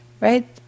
Right